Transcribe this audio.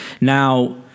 Now